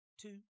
two